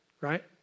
right